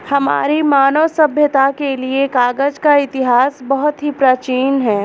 हमारी मानव सभ्यता के लिए कागज का इतिहास बहुत ही प्राचीन है